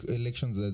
elections